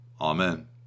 Amen